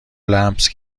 لمس